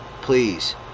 Please